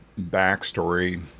backstory